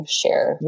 share